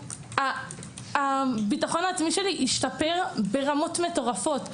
הביטחון העצמי שלי השתפר ברמות מטורפות.